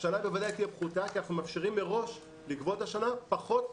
השנה בוודאי תהיה פחותה כי אנחנו מאפשרים מראש לגבות השנה פחות תל"ן.